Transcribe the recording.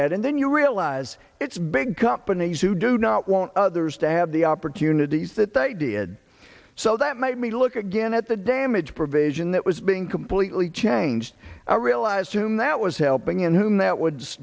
that and then you realize it's big companies who do not want others to have the opportunities that they did so that made me look again at the damage provision that was being completely changed or realized whom that was helping in whom that wo